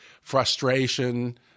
frustration